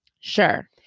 Sure